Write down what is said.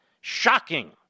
Shocking